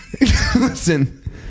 Listen